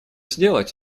сделать